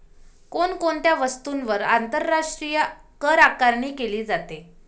कोण कोणत्या वस्तूंवर आंतरराष्ट्रीय करआकारणी केली जाते?